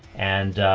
and